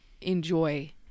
enjoy